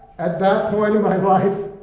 at that point in my life,